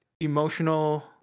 emotional